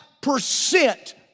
percent